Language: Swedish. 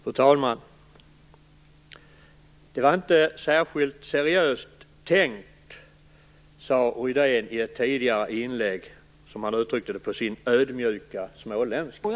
Fru talman! Det var inte särskilt seriöst tänkt, sade Rune Rydén i ett tidigare inlägg på sin ödmjuka småländska.